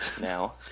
now